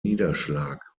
niederschlag